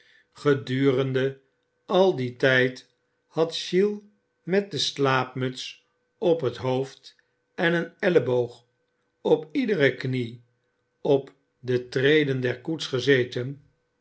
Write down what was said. gedurende al dien tijd had giles met de slaapmuts op het hoofd en een elleboog op iedere knie op de treden der koets gezeten